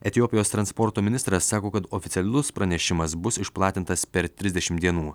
etiopijos transporto ministras sako kad oficialus pranešimas bus išplatintas per trisdešim dienų